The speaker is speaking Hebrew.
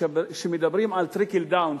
כשמדברים עלTrickle-down ,